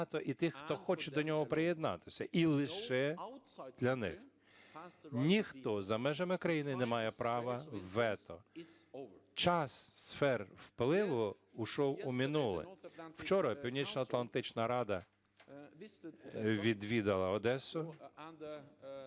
Ніхто за межами країни не має права вето. Час сфер впливу пішов у минуле. Вчора Північноатлантична рада відвідала Одесу